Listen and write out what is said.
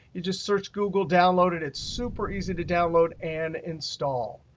you just search google, download it. it's super easy to download and install.